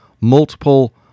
multiple